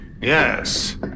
Yes